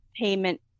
payment